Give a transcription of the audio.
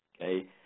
Okay